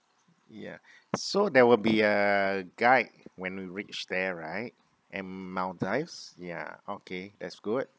ya so there will be a guide when we reach there right in maldives ya okay that's good